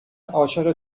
عاشق